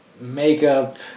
makeup